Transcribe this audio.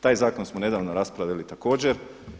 Taj zakon smo nedavno raspravili također.